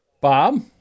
Bob